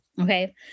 okay